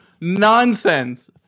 Nonsense